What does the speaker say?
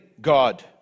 God